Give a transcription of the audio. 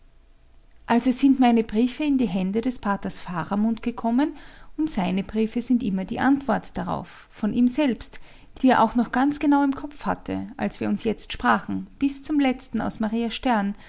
also sind meine briefe in die hände des paters faramund gekommen und seine briefe sind immer die antwort darauf von ihm selbst die er auch noch ganz genau im kopf hatte als wir uns jetzt sprachen bis zum letzten aus maria stern